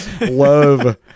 love